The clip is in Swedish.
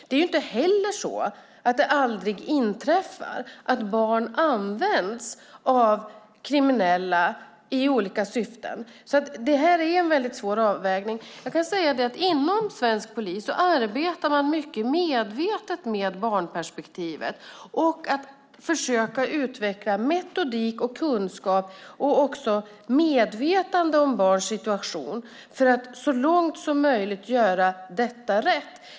Det är inte heller så att det aldrig inträffar att barn används av kriminella i olika syften. Detta är en svår avvägning. Inom svensk polis arbetar man mycket medvetet med barnperspektivet och med att försöka utveckla metodik och kunskap och även medvetande om barns situation för att så långt som möjligt göra detta rätt.